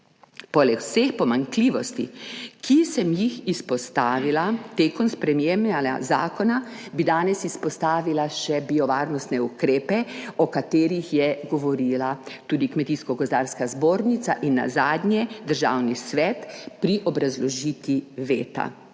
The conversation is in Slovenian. Poleg vseh pomanjkljivosti, ki sem jih izpostavila tekom sprejemanja zakona, bi danes izpostavila še biovarnostne ukrepe, o katerih je govorila tudi Kmetijsko gozdarska zbornica in nazadnje Državni svet pri obrazložitvi veta.